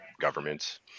governments